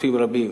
כספים רבים,